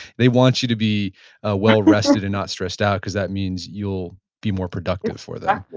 they want you to be ah well rested, and not stressed out because that means you'll be more productive for them.